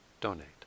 donate